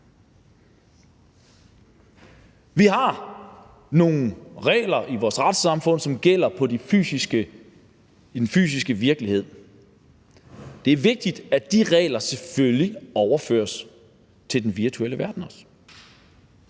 Vi har nogle regler i vores retssamfund, som gælder i den fysiske virkelighed. Det er vigtigt, at de regler selvfølgelig overføres til den virtuelle verden, og